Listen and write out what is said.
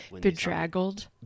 Bedraggled